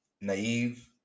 naive